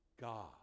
God